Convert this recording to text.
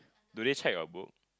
do they check your book